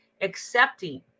Accepting